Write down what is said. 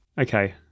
Okay